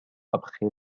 après